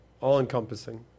all-encompassing